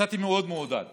יצאתי מאוד מעודד